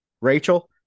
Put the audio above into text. Rachel